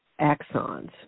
Axons